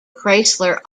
chrysler